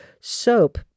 Soap